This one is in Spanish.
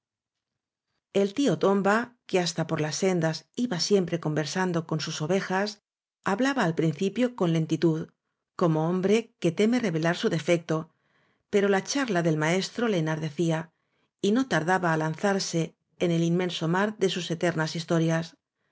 el tío tomba que hasta por las sendas iba siempre conversando con sus ovejas hablaba al principio con lentitud como hombre que teme revelar su defecto pero la charla del maes tro le enardecía y no tardaba á lanzarse en el inmenso mar de sus eternas historias